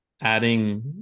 adding